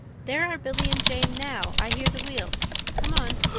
there are billy and jane now i hear the wheels. come on.